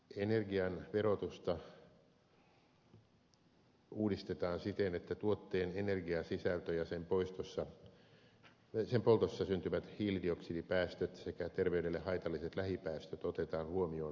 energian verotusta uudistetaan siten että tuotteen energiasisältö ja sen poltossa syntyvät hiilidioksidipäästöt sekä terveydelle haitalliset lähipäästöt otetaan huomioon verotuksessa